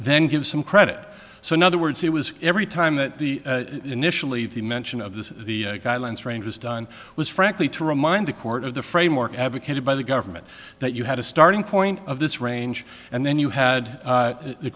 then give some credit so in other words it was every time that the initially the mention of this the guidelines range was done was frankly to remind the court of the framework advocated by the government that you had a starting point of this range and then you had